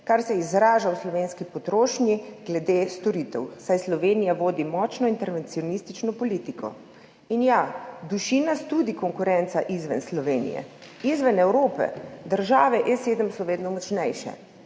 torej izraža v slovenski potrošnji glede storitev, saj Slovenija vodi močno intervencionistično politiko. In ja, duši nas tudi konkurenca izven Slovenije, izven Evrope. Države E7 – Kitajska,